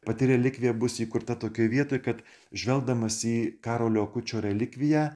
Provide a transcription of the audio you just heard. pati relikvija bus įkurta tokioje vietoj kad žvelgdamas į karolio akučio relikviją